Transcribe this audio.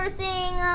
sing